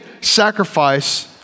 sacrifice